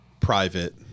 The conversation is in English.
private